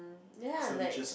ya like